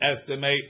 estimate